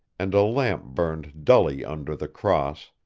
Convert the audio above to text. and a lamp burned dully under the cross